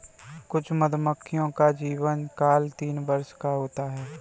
कुछ मधुमक्खियों का जीवनकाल तीन वर्ष का होता है